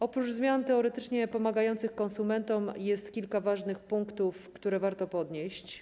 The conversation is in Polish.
Oprócz zmian teoretycznie pomagających konsumentom jest kilka ważnych punktów, które warto podnieść.